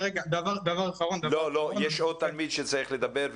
בבקשה, יש עוד תלמיד שרוצה לדבר.